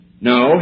No